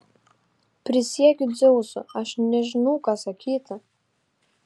prisiekiu dzeusu aš nežinau ką sakyti